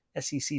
SEC